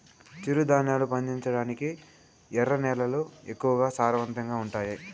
చిరుధాన్యాలు పండించటానికి ఎర్ర నేలలు ఎక్కువగా సారవంతంగా ఉండాయా